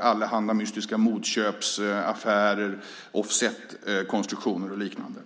allehanda mystiska motköpsaffärer och offsetkonstruktioner och liknande.